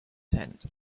tent